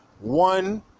one